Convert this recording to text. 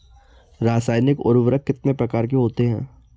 रासायनिक उर्वरक कितने प्रकार के होते हैं?